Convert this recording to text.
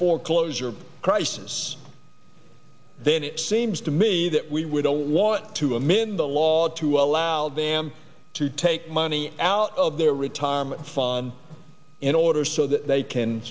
foreclosure crisis then it seems to me that we we don't want to amend the law to allow them to take money out of their retirement fund in order so that they